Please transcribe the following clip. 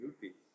beauty